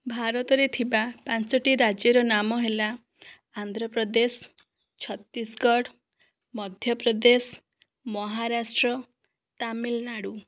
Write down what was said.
ଭାରତରେ ଥିବା ପାଞ୍ଚୋଟି ରାଜ୍ୟର ନାମ ହେଲା ଆନ୍ଧ୍ରପ୍ରଦେଶ ଛତିଶଗଡ଼ ମଧ୍ୟପ୍ରଦେଶ ମହାରାଷ୍ଟ୍ର ତାମିଲନାଡ଼ୁ